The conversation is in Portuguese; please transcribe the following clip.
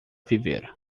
viver